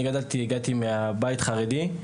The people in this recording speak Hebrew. אני גדלתי, הגעתי מבית חרדי.